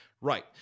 Right